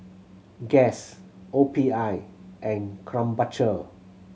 Guess O P I and Krombacher